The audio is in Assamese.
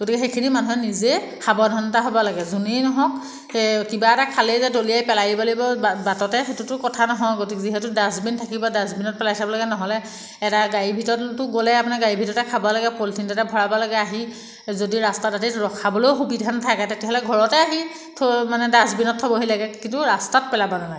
গতিকে সেইখিনি মানুহে নিজেই সাৱধানতা হ'ব লাগে যোনেই নহওক এই কিবা এটা খালেই যে দলিয়াই পেলাই দিব লাগিব বাটতে সেইটোতো কথা নহয় গতিকে যিহেতু ডাষ্টবিন থাকিবই ডাষ্টবিনত পেলাই থ'ব লাগে নহ'লে এটা গাড়ীৰ ভিতৰতটো গ'লে আপোনাৰ গাড়ীৰ ভিতৰতে খাব লাগে পলিথিনতে ভৰাব লাগে আহি যদি ৰাস্তাৰ দাঁতিত ৰখাবলৈও সুবিধা নাথাকে তেতিয়াহ'লে ঘৰতে আহি থৈ মানে ডাষ্টবিনত থ'বহি লাগে কিন্তু ৰাস্তাত পেলাব নালাগে